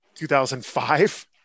2005